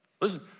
Listen